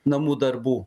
namų darbų